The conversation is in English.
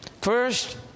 First